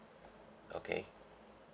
okay